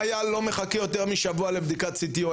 חייל לא מחכה יותר משבוע לבדיקת CT או